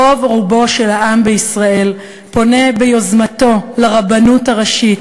רוב רובו של העם בישראל פונה ביוזמתו לרבנות הראשית